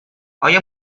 آیا